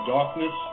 Darkness